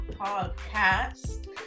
podcast